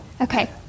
okay